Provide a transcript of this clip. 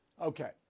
Okay